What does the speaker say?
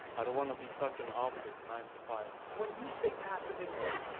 i don't wanna be stuck in office nine to five. when you say passive income,